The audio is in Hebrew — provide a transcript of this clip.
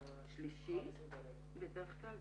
זו אוכלוסייה שהולכת ומזדקנת